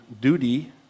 duty